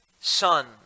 son